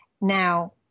Now